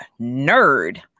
Nerd